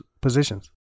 positions